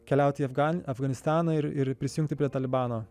keliauti atgal į afgan afganistaną ir ir prisijungti prie talibano